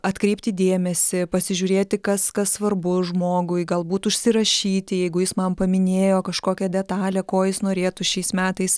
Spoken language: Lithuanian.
atkreipti dėmesį pasižiūrėti kas kas svarbu žmogui galbūt užsirašyti jeigu jis man paminėjo kažkokią detalę ko jis norėtų šiais metais